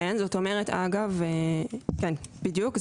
כן, בדיוק.